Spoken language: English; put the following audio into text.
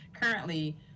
currently